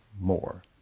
more